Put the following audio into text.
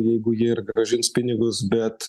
jeigu jie ir grąžins pinigus bet